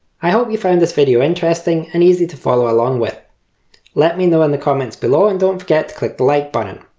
i hope you found this video interesting and easy to follow along with let me know in the comments below and don't forget to click the like button.